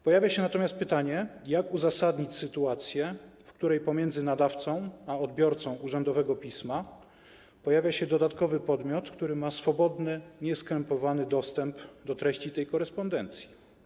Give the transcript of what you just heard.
Pojawia się natomiast pytanie, jak uzasadnić sytuację, w której pomiędzy nadawcą a odbiorcą urzędowego pisma pojawia się dodatkowy podmiot, który ma swobodny, nieskrępowany dostęp do treści tej korespondencji.